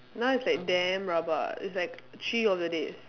now it's like damn rabak it's like three of the days